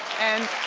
and